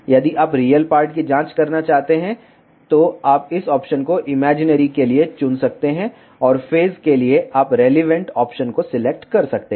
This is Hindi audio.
यदि आप रियल पार्ट की जांच करना चाहते हैं तो आप इस ऑप्शन को इमैजिनरी के लिए चुन सकते हैं और फेज के लिए आप रेलीवेंट ऑप्शन को सिलेक्ट कर सकते हैं